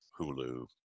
Hulu